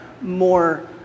more